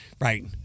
Right